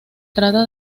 trata